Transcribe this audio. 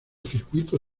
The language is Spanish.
circuito